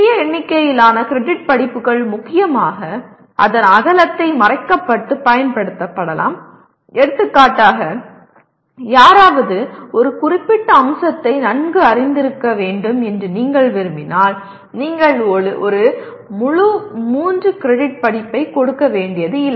சிறிய எண்ணிக்கையிலான கிரெடிட் படிப்புகள் முக்கியமாக அதன் அகலத்தை மறைக்கப் பயன்படுத்தப்படலாம் எடுத்துக்காட்டாக யாராவது ஒரு குறிப்பிட்ட அம்சத்தை நன்கு அறிந்திருக்க வேண்டும் என்று நீங்கள் விரும்பினால் நீங்கள் ஒரு முழு 3 கிரெடிட் படிப்பை கொடுக்க வேண்டியதில்லை